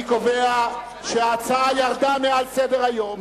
אני קובע שההצעה ירדה מעל סדר-היום.